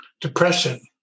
depression